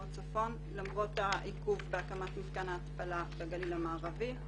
הצפון למרות העיכוב בהקמת מתקן ההתפלה בגליל המערבי,